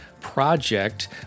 Project